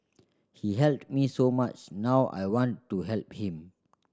he helped me so much now I want to help him